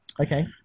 Okay